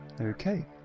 Okay